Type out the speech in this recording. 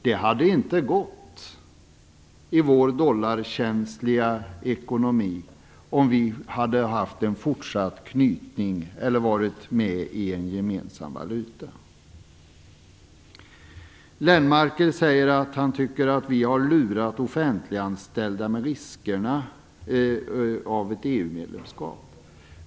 Det hade inte gått i vår dollarkänsliga ekonomi om vi hade haft en fortsatt knytning till eller varit med i en gemensam valutaunion. Göran Lennmarker säger att han tycker att vi har lurat de offentliganställda när det gäller riskerna av ett EU-medlemskap.